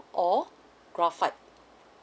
or graphite